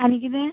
आनी कितें